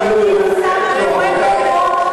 כולם ידעו.